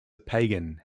pagan